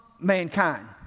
mankind